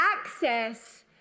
access